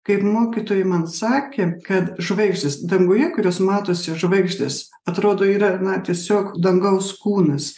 kaip mokytojai man sakė kad žvaigždės danguje kurios matosi žvaigždės atrodo yra na tiesiog dangaus kūnas